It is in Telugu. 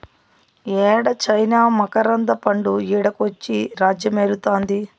యేడ చైనా మకరంద పండు ఈడకొచ్చి రాజ్యమేలుతాంది